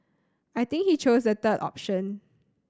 I think he chose the third option